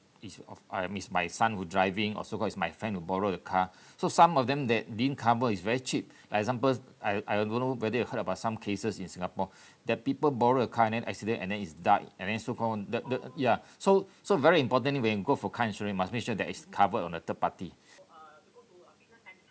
it's of uh it's my son who driving or so called is my friend who borrow the car so some of them they didn't cover is very cheap like example I I don't know whether you heard about some cases in singapore that people borrow a car and then accident and then he's died and then so called the the ya so so very importantly when you will go for car insurance must make sure that it's covered on a third party